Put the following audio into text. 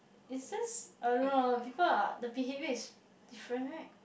is this I don't now the people are the behaviour is different right